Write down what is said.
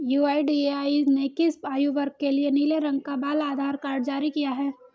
UIDAI ने किस आयु वर्ग के लिए नीले रंग का बाल आधार कार्ड जारी किया है?